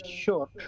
sure